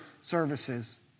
services